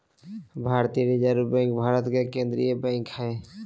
भारतीय reserve bank Bharat के केन्द्रीय बैंक हइ